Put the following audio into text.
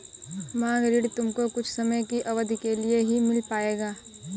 मांग ऋण तुमको कुछ समय की अवधी के लिए ही मिल पाएगा